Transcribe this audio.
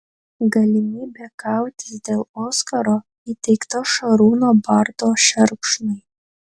galimybė kautis dėl oskaro įteikta šarūno barto šerkšnui